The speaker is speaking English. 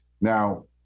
Now